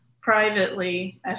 privately